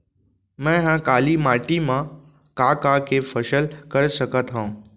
मै ह काली माटी मा का का के फसल कर सकत हव?